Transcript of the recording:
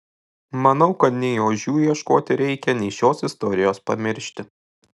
manau kad nei ožių ieškoti reikia nei šios istorijos pamiršti